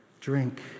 drink